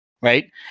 right